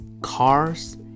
cars